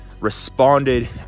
responded